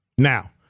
Now